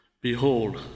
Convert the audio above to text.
Behold